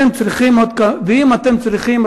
ואם אתם צריכים,